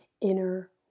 inner